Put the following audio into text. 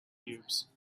cubes